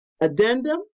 Addendum